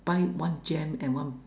buy one jam and one